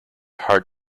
heart